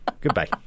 Goodbye